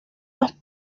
los